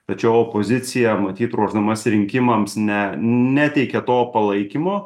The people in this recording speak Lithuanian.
tačiau opozicija matyt ruošdamasi rinkimams ne neteikė to palaikymo